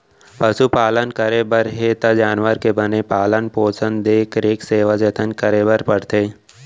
पसु पालन करे बर हे त जानवर के बने पालन पोसन, देख रेख, सेवा जनत करे बर परथे